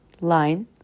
Line